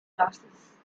losses